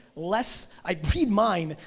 less, i read mine,